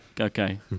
Okay